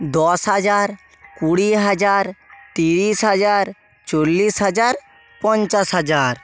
দশ হাজার কুড়ি হাজার তিরিশ হাজার চল্লিশ হাজার পঞ্চাশ হাজার